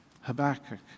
Habakkuk